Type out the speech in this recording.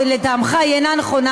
או לטעמך היא אינה נכונה,